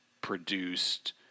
produced